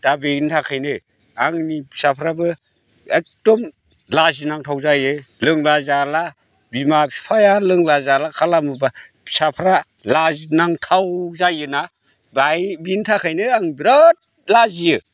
दा बेनि थाखायनो आंनि फिसाफ्राबो एग्दम लाजिनांथाव जायो लोंला जाला बिमा बिफाया लोंला जाला खालामोबा फिसाफ्रा लाजिनांथाव जायोना फ्राय बेनि थाखायनो आं बिराद लाजियो